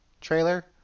trailer